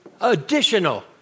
additional